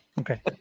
Okay